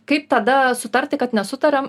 kaip tada sutarti kad nesutariam